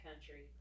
country